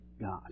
God